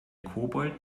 kobold